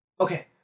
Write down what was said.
Okay